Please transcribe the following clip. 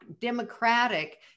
democratic